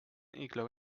igloo